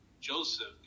Joseph